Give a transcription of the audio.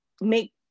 make